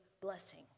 blessing